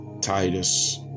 titus